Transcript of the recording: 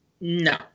No